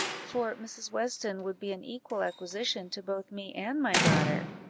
for mrs. weston would be an equal acquisition to both me and my daughter.